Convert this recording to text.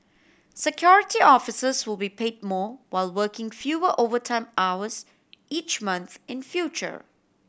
Security Officers will be paid more while working fewer overtime hours each month in future